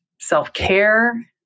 self-care